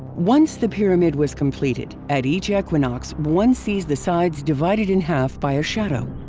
once the pyramid was completed, at each equinox one sees the sides divided in half by a shadow.